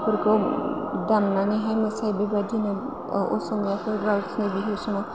आरिफोरखौ दामनानैहाय मोसायो बेबायदिनो असमियाफोरा गावसोरनि बिहु